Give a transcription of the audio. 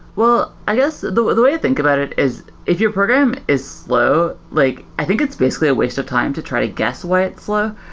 well, i guess the the way to think about it is if your program is slow, like i think it's basically a waste of time to try to guess why it's slow.